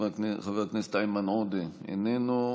חבר הכנסת איימן עודה, איננו.